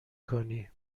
کنی